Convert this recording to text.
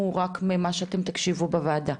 הוא רק ממה שאתם תקשיבו בוועדה,